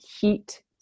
heat